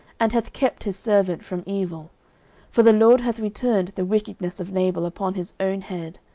and hath kept his servant from evil for the lord hath returned the wickedness of nabal upon his own head.